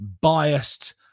biased